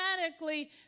automatically